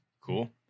cool